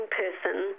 person